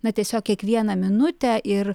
na tiesiog kiekvieną minutę ir